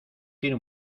tiene